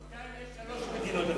בינתיים יש שלוש מדינות.